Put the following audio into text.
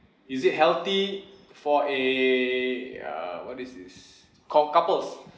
is it healthy for a err what this is called couples